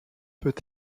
peut